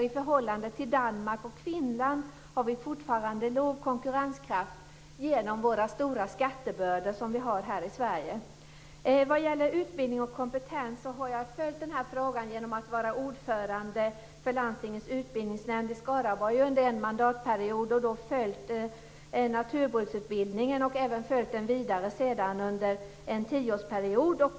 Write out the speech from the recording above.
I förhållande till Danmark och Finland har vi fortfarande en låg konkurrenskraft genom de stora skattebördor som vi har här i Sverige. Jag har följt frågan om utbildning och kompetens som ordförande i landstingets utbildningsnämnd i Skaraborg under en mandatperiod. Jag följde då naturbruksutbildningen och har även sedan dess följt den under en tioårsperiod.